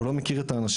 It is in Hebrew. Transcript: הוא לא מכיר את האנשים,